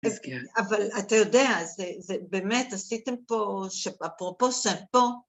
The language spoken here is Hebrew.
(אז כן). אבל אתה יודע, זה... זה... ב... באמת עשיתם פה, שאפ... אפרופו שאפו...